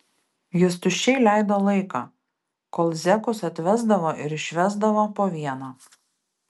jis tuščiai leido laiką kol zekus atvesdavo ir išvesdavo po vieną